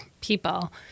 people